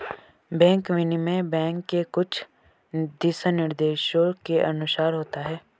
bank विनिमय bank के कुछ दिशानिर्देशों के अनुसार होता है